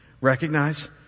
Recognize